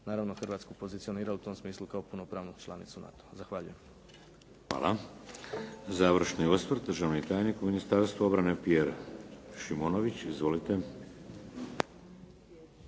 naravno Hrvatsku pozicioniralo u tom smislu kao punopravnu članicu NATO-a. Zahvaljujem. **Šeks, Vladimir (HDZ)** Hvala. Završni osvrt, državni tajnik u Ministarstvu obrane, Pjer Šimunović. Izvolite.